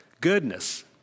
goodness